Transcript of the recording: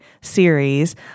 series